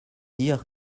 dire